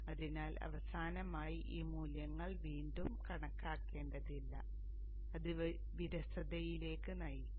അതിനാൽ അവസാനമായി ഈ മൂല്യങ്ങൾ വീണ്ടും വീണ്ടും കണക്കാക്കേണ്ടതില്ല അത് വിരസതയിലേക്ക് നയിക്കും